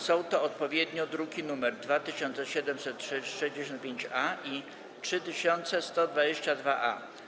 Są to odpowiednio druki nr 2765-A i 3122-A.